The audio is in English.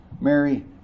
Mary